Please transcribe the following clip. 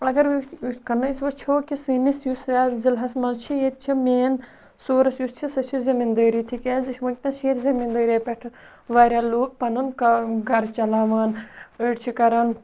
اگر یُتھ یُتھ کٔنۍ أسۍ وٕچھو کہِ سٲنِس یُس یَتھ ضِلعس منٛز چھِ ییٚتہِ چھِ مین سورُس یُس چھِ سُہ چھِ زٔمیٖندٲری تِکیٛازِ أسۍ چھِ وٕنۍکٮ۪نَس چھِ ییٚتہِ زٔمیٖندٲریو پٮ۪ٹھٕ واریاہ لوٗکھ پَنُن گَرٕ چَلاوان أڑۍ چھِ کَران